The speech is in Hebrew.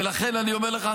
ולכן אני אומר לך,